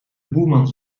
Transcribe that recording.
boeman